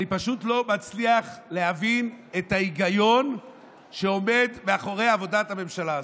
אני פשוט לא מצליח להבין את ההיגיון שעומד מאחורי עבודת הממשלה הזאת.